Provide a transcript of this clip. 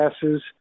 passes